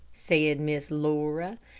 said miss laura,